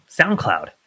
SoundCloud